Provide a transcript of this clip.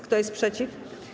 Kto jest przeciw?